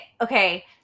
okay